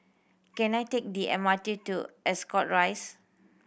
can I take the M R T to Ascot Rise